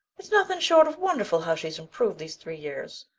it's nothing short of wonderful how she's improved these three years,